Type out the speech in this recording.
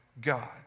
God